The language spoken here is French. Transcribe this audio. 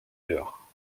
durs